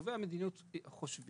קובעי המדיניות חושבים